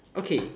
okay